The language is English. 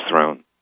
throne